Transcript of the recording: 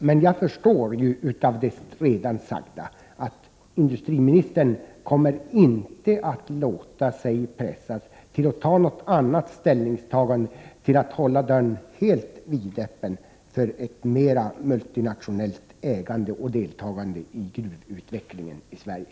Men jag förstår av det redan sagda att industriministern inte kommer att låta sig pressas till något annat ställningstagande när det gäller att hålla dörren vidöppen för ett mera multinationellt ägande och deltagande i gruvutvecklingen i Sverige.